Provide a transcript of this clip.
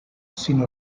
sinó